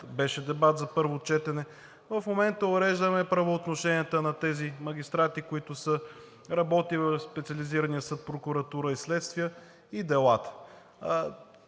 беше дебат за първо четене. В момента уреждаме правоотношенията на тези магистрати, които са работили в Специализирания съд, прокуратура и следствие, и делата.